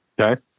Okay